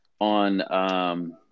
on –